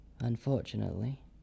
Unfortunately